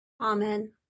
Amen